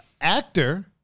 Actor